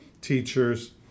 teachers